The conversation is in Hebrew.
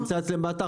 זה נמצא אצלם באתר,